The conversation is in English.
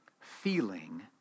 feeling